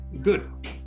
good